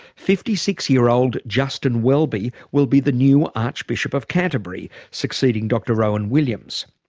fifty six year old justin welby will be the new archbishop of canterbury, succeeding dr rowan williams.